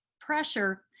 pressure